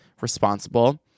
responsible